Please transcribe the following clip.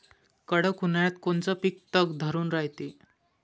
कडक उन्हाळ्यात कोनचं पिकं तग धरून रायते?